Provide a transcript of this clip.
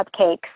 cupcakes